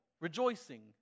rejoicing